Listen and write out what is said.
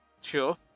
Sure